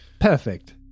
Perfect